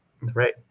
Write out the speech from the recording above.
Right